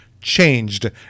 changed